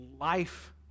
life